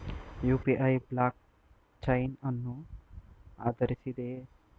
UPI block chain ಅನ್ನು ಆಧರಿಸಿದೆಯೇ?